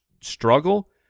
struggle